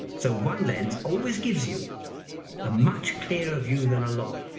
so one lens always gives you a much clearer view than a lot,